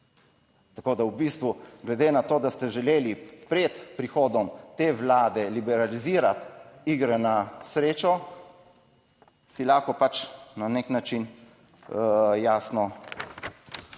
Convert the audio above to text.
Tako da v bistvu glede na to, da ste želeli pred prihodom te vlade liberalizirati igre na srečo, si lahko pač na nek način jasno postavimo